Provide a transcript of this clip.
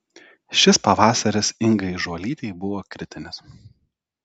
šis pavasaris ingai žuolytei buvo kritinis